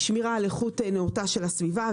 שמירה על איכות נאותה של הסביבה,